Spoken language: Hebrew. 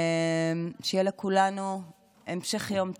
שיהיה לכולנו המשך יום טוב,